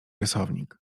rysownik